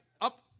up